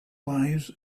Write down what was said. lives